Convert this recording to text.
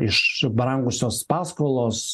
išbrangusios paskolos